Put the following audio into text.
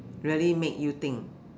really make you think